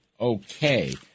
okay